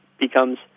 becomes